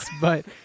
but-